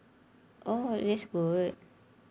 oh that's good